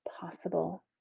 possible